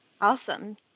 Awesome